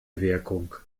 wirkung